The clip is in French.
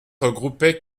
regroupait